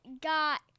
got